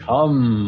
Come